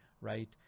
right